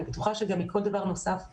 אני בטוחה שגם מכל דבר נוסף שיפורסם,